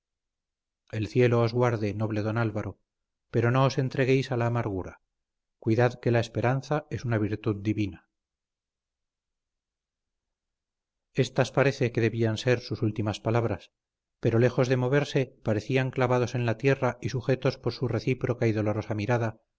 el cielo os guarde noble don álvaro pero no os entreguéis a la amargura cuidad que la esperanza es una virtud divina estas parece que debían ser sus últimas palabras pero lejos de moverse parecían clavados en la tierra y sujetos por su recíproca y dolorosa mirada